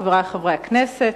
חברי חברי הכנסת,